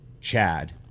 Chad